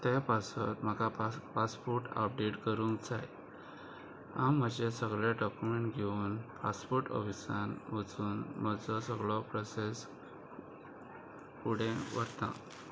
ते पासत म्हाका पास पासपोट अपडेट करूंक जाय हांव म्हजे सगळे डॉक्युमेंट घेवन पासपोर्ट ऑफिसान वचून म्हजो सगळो प्रोसेस फुडें व्हरतां